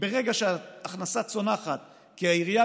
ברגע שהכנסה צונחת כי העירייה,